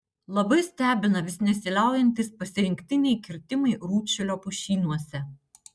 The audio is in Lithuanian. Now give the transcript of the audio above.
labai stebina vis nesiliaujantys pasirinktiniai kirtimai rūdšilio pušynuose